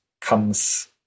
comes